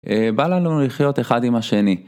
בא לנו לחיות אחד עם השני.